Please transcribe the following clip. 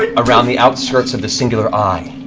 ah around the outskirts of the singular eye,